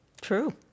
True